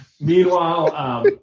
Meanwhile